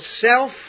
self